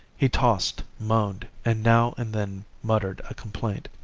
he tossed, moaned, and now and then muttered a complaint.